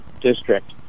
district